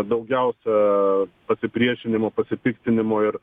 daugiausia pasipriešinimo pasipiktinimo ir